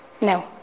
No